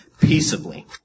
peaceably